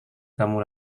kamu